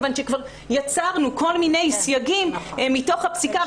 מכיוון שכבר יצרנו כל מיני סייגים מתוך הפסיקה.